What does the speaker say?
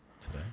today